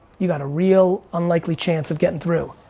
you got a real unlikely chance of getting through.